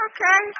Okay